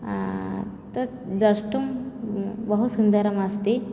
तत् द्रष्टुं बहु सुन्दरमस्ति